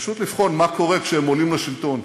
פשוט לבחון מה קורה כשהם עולים לשלטון,